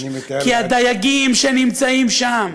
אני מתאר, כי הדייגים שנמצאים שם,